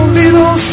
little